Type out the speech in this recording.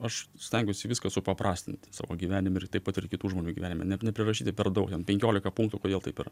aš stengiuosi viską supaprastint savo gyvenime ir taip pat ir kitų žmonių gyvenime ne neprirašyti per daug ten penkiolika punktų kodėl taip yra